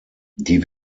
die